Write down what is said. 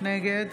נגד